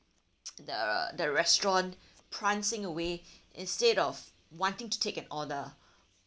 the the restaurant prancing away instead of wanting to take an order